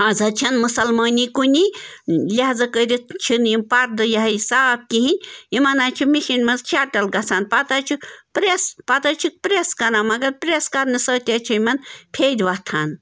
آز حظ چھَنہٕ مُسلمٲنی کُنی لہٰذا کٔرِتھ چھِنہٕ یِم پردٕ یہِ ہَہ یہِ صاف کِہیٖنۍ یِمن حظ چھِ مِشیٖن منٛز شَٹٕل گَژھان پَتہٕ حظ چھِ پرٛٮ۪س پتہٕ حظ چھِکھ پرٛٮ۪س کَران مگر پرٛٮ۪س کَرنہٕ سۭتۍ حظ چھِ یِمن پھیٚدۍ وۄتھان